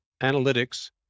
analytics